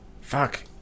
fuck